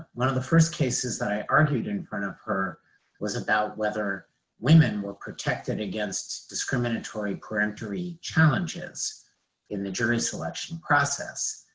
one of the first cases that i argued in front of her was about whether women were protected against discriminatory peremptory challenges in the jury selection process.